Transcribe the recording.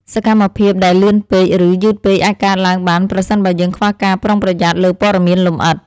សកម្មភាពដែលលឿនពេក ឬ យឺតពេកអាចកើតឡើងបានប្រសិនបើយើងខ្វះការប្រុងប្រយ័ត្នលើព័ត៌មានលម្អិត។